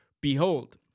behold